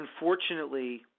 unfortunately